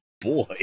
boy